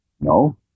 no